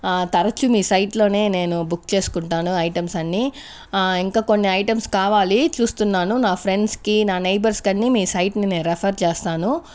ఆ తరచూ మీ సైట్లోనే నేను బుక్ చేసుకుంటాను ఐటమ్స్ అన్ని ఆ ఇంకా కొన్ని ఐటమ్స్ కావాలి చూస్తున్నాను నా ఫ్రెండ్స్కి నా నెయ్బర్స్కన్నీ మీ సైట్ని రెఫర్ చేస్తాను